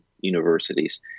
universities